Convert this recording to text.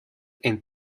and